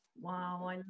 Wow